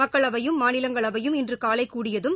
மக்களவையும் மாநிலங்களவையும் இனறு காலை கூடியதும்